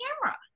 camera